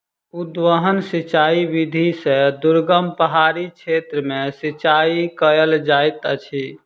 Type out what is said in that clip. उद्वहन सिचाई विधि से दुर्गम पहाड़ी क्षेत्र में सिचाई कयल जाइत अछि